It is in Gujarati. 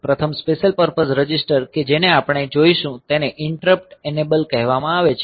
પ્રથમ સ્પેશિયલ પર્પઝ રજિસ્ટર કે જેને આપણે જોઈશું તેને ઈંટરપ્ટ એનેબલ કહેવામાં આવે છે